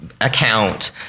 account